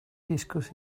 discuss